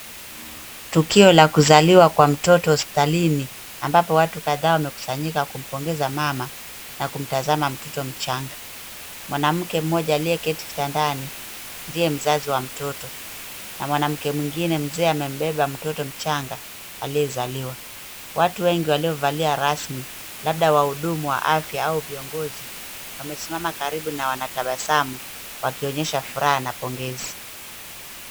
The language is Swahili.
Tukio la kuzaliwa kwa mtoto hospitalini ambapo watu kadhaa wamekusanyika kumpongeza mama na kumtazama mtoto mchanga. Mwanamke mmoja aliyeketi kitandani ndiye mzazi wa mtoto na mwanamke mwingine mzee amembeba mtoto mchanga aliyezaliwa. Watu wengi waliovalia rasmi labda wahudumu wa afya au viongozi wamesimama karibu na wanatabasamu wakionyesha furaha na pongezi.